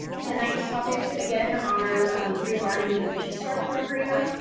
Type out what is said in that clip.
tonight's topics, again, are regarding the the vstar program.